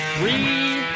Three